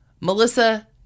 Melissa